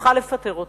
זכותך לפטר אותו,